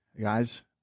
Guys